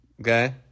okay